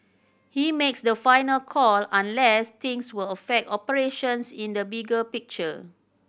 he makes the final call unless things will affect operations in the bigger picture